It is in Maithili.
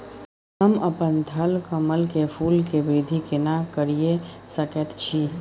हम अपन थलकमल के फूल के वृद्धि केना करिये सकेत छी?